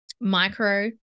micro